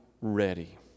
ready